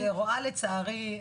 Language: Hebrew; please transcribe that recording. לצערי,